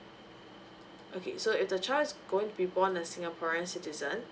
okay so if the child is going to be born a singaporean citizen